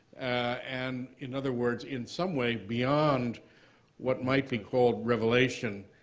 and, in other words, in some way beyond what might be called revelation,